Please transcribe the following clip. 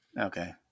okay